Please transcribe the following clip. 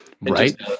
Right